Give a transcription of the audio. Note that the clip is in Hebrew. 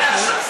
עוד לא דיברת.